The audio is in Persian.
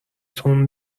تون